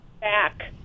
back